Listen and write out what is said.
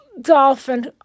Dolphin